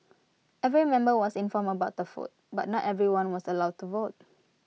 every member was informed about the foot but not everyone was allowed to vote